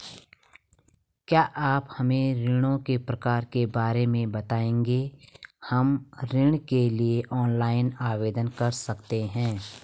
क्या आप हमें ऋणों के प्रकार के बारे में बताएँगे हम ऋण के लिए ऑनलाइन आवेदन कर सकते हैं?